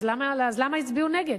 אז למה הצביעו נגד?